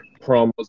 promos